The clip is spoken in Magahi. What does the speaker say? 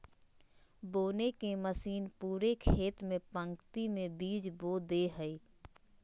बोने के मशीन पूरे खेत में पंक्ति में बीज बो दे हइ